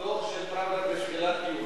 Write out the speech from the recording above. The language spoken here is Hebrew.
הדוח של פראוור בתחילת יוני,